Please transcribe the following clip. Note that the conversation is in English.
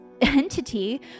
entity